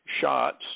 shots